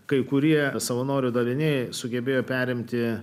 kai kurie savanorių daliniai sugebėjo perimti